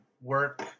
work